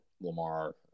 Lamar